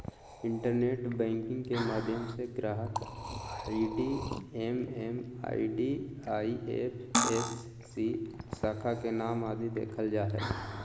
internet banking के माध्यम से ग्राहक आई.डी एम.एम.आई.डी, आई.एफ.एस.सी, शाखा के नाम आदि देखल जा हय